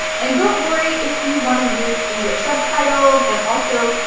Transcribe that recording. and don't worry if you want to use english subtitles and also